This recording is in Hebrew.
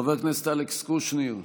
חבר הכנסת אלכס קושניר,